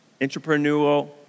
entrepreneurial